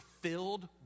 filled